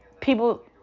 People